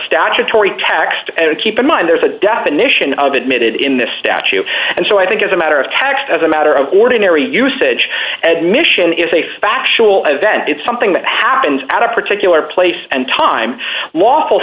statutory text and keep in mind there's a definition of admitted in this statue and so i think it's a matter of text as a matter of ordinary usage admission is a factual event it's something that happens at a particular place and time